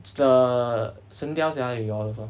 it's the 神雕侠侣 whatever